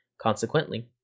Consequently